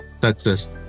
success